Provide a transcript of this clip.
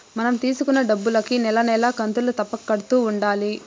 మనం తీసుకున్న డబ్బులుకి నెల నెలా కంతులు తప్పక కడుతూ ఉండాలి